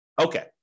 Okay